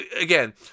again